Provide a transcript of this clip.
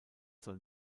soll